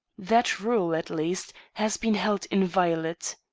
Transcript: that rule, at least, has been held inviolate.